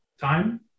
time